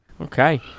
Okay